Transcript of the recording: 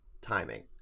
timing